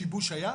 שיבוש היה?